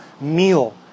meal